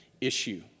issue